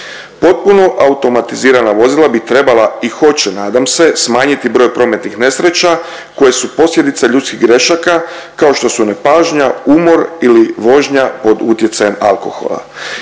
Potpuno automatizirana vozila bi treba i hoće nadam se smanjiti broj prometnih nesreća koje su posljedica ljudskih grešaka kao što su nepažnja, umor ili vožnja pod utjecajem alkohola.